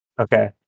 Okay